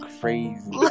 crazy